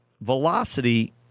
velocity